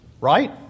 right